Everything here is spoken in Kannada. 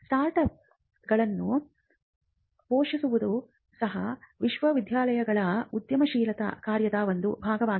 ಸ್ಟಾರ್ಟ್ ಅಪ್ಗಳನ್ನು ಪೋಷಿಸುವುದು ಸಹ ವಿಶ್ವವಿದ್ಯಾಲಯಗಳ ಉದ್ಯಮಶೀಲತಾ ಕಾರ್ಯದ ಒಂದು ಭಾಗವಾಗಿದೆ